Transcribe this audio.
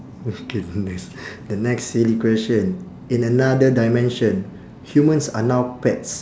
okay the next the next silly question in another dimension humans are now pets